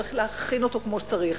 צריך להכין אותו כמו שצריך,